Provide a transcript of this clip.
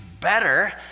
better